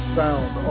sound